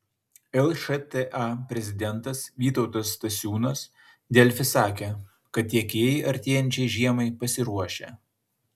lšta prezidentas vytautas stasiūnas delfi sakė kad tiekėjai artėjančiai žiemai pasiruošę